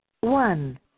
One